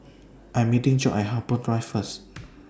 I Am meeting Jobe At Harbour Drive First